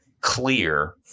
clear